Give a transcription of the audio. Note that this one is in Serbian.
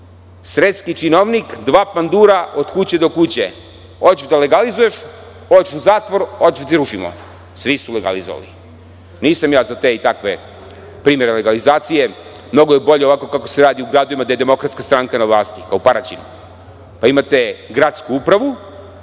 Sreski činovnik, dva pandura od kuće do kuće - hoćeš da legalizuješ, hoćeš u zatvor, hoćeš da ti rušimo? Svi su legalizovali. Nisam za te i takve primere legalizacije. Mnogo je bolje ovako kako se radi u gradovima gde je Demokratska stranka na vlasti, kao u Paraćinu. Imate gradsku upravu